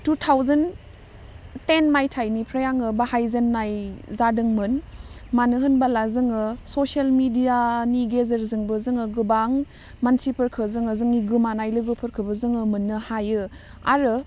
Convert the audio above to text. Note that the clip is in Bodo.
टु थावजेन्ड टेन मायथाइनिफ्राय आङो बाहायजेन्नाय जादोंमोन मानो होनबाला जोङो ससेल मेडियानि गेजेरजोंबो जोङो गोबां मानसिफोरखो जोङो जोंनि गोमानाय लोगोफोरखौबो जोङो मोननो हायो आरो